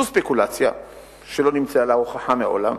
זו ספקולציה שלא נמצאה לה הוכחה מעולם,